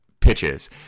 Pitches